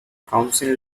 council